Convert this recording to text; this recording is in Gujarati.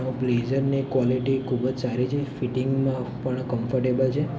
બ્લેઝરની ક્વોલિટી ખૂબ જ સારી છે ફિટિંગમાં પણ કમ્ફર્ટેબલ છે